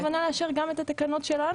הכוונה לאשר גם את התקנות האחרות.